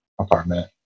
apartment